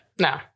No